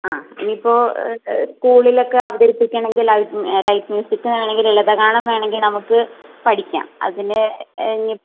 ആ ഇനിയിപ്പോൾ സ്കൂളിലൊക്കെ അവതരിപ്പിക്കണമെങ്കിൽ ലൈറ്റ് ലൈറ്റ് മ്യൂസിക് വേണമെങ്കിൽ ലളിതഗാനം വേണമെങ്കിൽ നമുക്ക് പഠിക്കാം അതിന് ഇനിയിപ്പോൾ